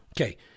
Okay